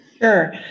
Sure